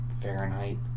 Fahrenheit